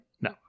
No